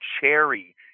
cherry